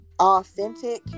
authentic